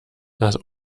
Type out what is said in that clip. das